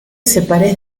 separes